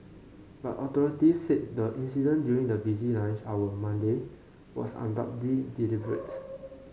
but authorities said the incident during the busy lunch hour Monday was undoubtedly deliberate